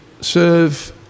serve